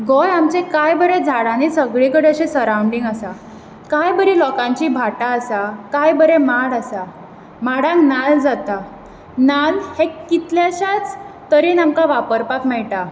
गोंय आमचे कांय बरें झाडांनी सगळी कडेन अशें सराउन्डिंग आसा कांय बरें लेकांची भाटां आसा कांय बरें माड आसा माडांक नाल्ल जाता नाल्ल हे कितल्याश्याच तरेन आमकां वापरपाक मेळटा